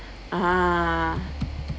ah